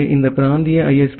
எனவே இந்த பிராந்திய ஐ